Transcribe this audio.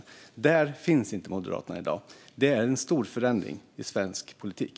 Men där finns inte Moderaterna i dag, och det är en stor förändring i svensk politik.